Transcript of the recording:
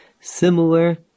similar